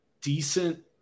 decent